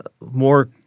more